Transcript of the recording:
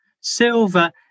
silver